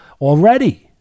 already